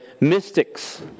mystics